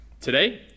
today